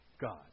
God